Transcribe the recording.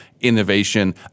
innovation